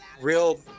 real